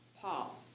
Paul